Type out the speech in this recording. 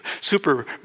super